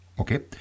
Okay